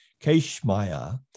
Keshmaya